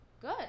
good